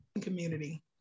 community